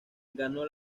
ganó